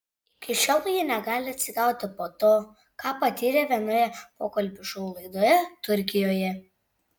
iki šiol ji negali atsigauti po to ką patyrė vienoje pokalbių šou laidoje turkijoje